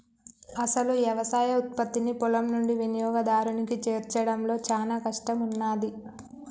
అసలు యవసాయ ఉత్పత్తిని పొలం నుండి వినియోగదారునికి చేర్చడంలో చానా కష్టం ఉన్నాది